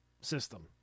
system